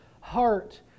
heart